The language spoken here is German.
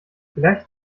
vielleicht